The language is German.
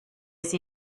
sie